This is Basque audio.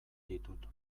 ditut